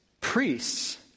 priests